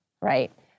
right